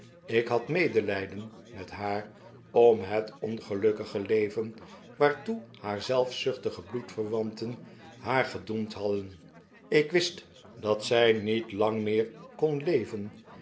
ik had medelijden met haar om het ongelukkige leven wa artoe haar zelfzuchtige bloed verwanten haar gedoemd hadden ik wist dat zij niet lang meer kon leven